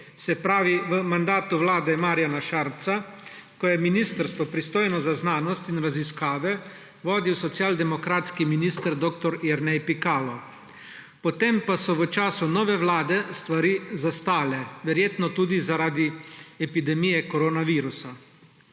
Se pravi, v mandatu vlade Marjana Šarca, ko je ministrstvo, pristojno za znanost in raziskave, vodil socialdemokratski minister dr. Jernej Pikalo. Potem pa so v času nove vlade stvari zastale, verjetno tudi zaradi epidemije koronavirusa.